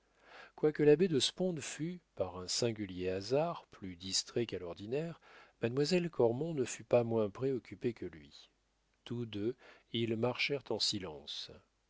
quoique l'abbé de sponde fût par un singulier hasard plus distrait qu'à l'ordinaire mademoiselle cormon ne fut pas moins préoccupée que lui tous deux ils marchèrent en silence